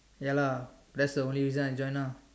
ya lah that's the only reason I join ah